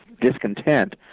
discontent